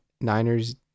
Niners